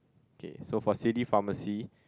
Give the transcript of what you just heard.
okay so for city pharmacy